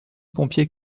pompier